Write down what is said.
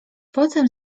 potem